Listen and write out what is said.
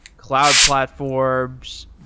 cloud platforms,